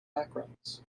backgrounds